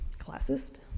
classist